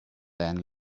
then